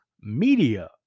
media